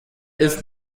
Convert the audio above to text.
ist